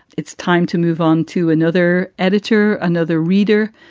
it's time to move on to another editor. another reader.